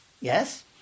Yes